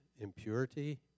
impurity